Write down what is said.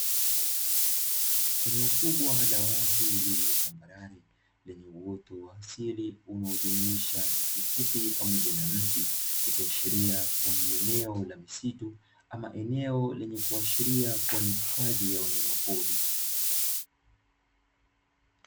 Eneo kubwa la wazi lililo tambarare lenye uoto wa asili unaojumuisha nyasi fupi pamoja na miti ikiashiria kuwa ni eneo la msitu au eneo lenye kuashiria kuwa ni hifadhi ya wanyama pori.